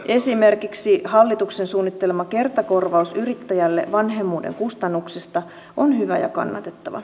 esimerkiksi hallituksen suunnittelema kertakorvaus yrittäjälle vanhemmuuden kustannuksista on hyvä ja kannatettava